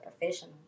professional